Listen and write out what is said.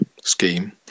scheme